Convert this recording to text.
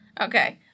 Okay